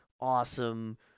awesome